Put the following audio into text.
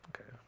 Okay